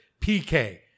PK